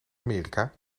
amerika